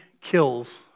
kills